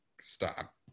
stop